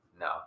no